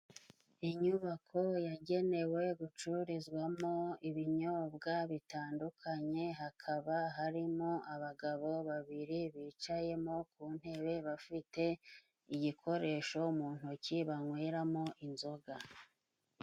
Inyubako yagenewe gucururizwamo ibinyobwa bitandukanye, hakaba harimo abagabo babiri bicayemo ku ntebe bafite igikoresho mu ntoki banyweramo inzoga.